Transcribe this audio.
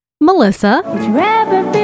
Melissa